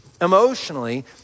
emotionally